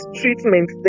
treatment